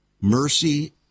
Mercy